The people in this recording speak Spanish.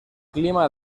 clima